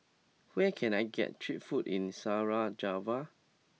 where can I get cheap food in Sarajevo